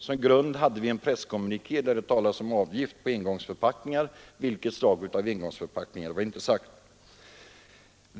Till grund för det hade vi en presskommuniké, där det talades om en avgift på engångsförpackningar — vilket slag av engångsförpackningar var inte sagt.